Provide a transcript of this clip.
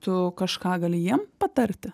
tu kažką gali jiem patarti